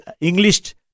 English